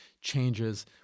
changes